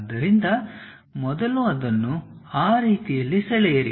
ಆದ್ದರಿಂದ ಮೊದಲು ಅದನ್ನು ಆ ರೀತಿಯಲ್ಲಿ ಸೆಳೆಯಿರಿ